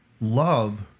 love